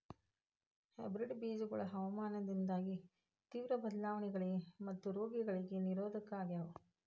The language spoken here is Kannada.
ಹೈಬ್ರಿಡ್ ಬೇಜಗೊಳ ಹವಾಮಾನದಾಗಿನ ತೇವ್ರ ಬದಲಾವಣೆಗಳಿಗ ಮತ್ತು ರೋಗಗಳಿಗ ನಿರೋಧಕ ಆಗ್ಯಾವ